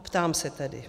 Ptám se tedy: